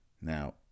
Now